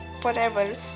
forever